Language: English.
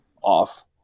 off